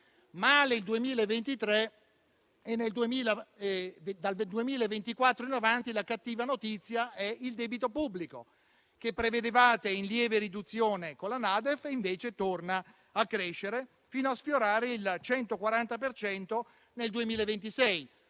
Male il 2023 e, dal 2024 in avanti, la cattiva notizia è il debito pubblico, che prevedevate in lieve riduzione con la NADEF e invece torna a crescere, fino a sfiorare il 140 per cento